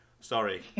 Sorry